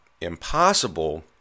impossible